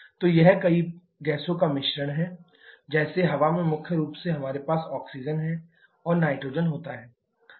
तो यह कई गैसों का मिश्रण है जैसे हवा में मुख्य रूप से हमारे पास ऑक्सीजन और नाइट्रोजन होता है